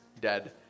dead